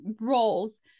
roles